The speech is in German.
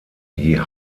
die